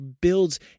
builds